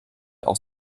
aus